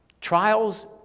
Trials